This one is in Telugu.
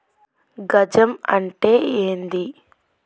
గజం అంటే ఏంది?